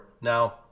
now